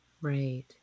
Right